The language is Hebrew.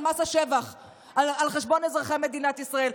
מס השבח על חשבון אזרחי מדינת ישראל,